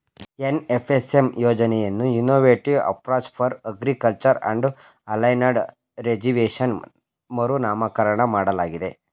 NFSM ಯೋಜನೆಯನ್ನು innovative approach for agriculture and aligned rejuvenation ಮರುನಾಮಕರಣ ಮಾಡಲಾಗಿದೆ